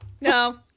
no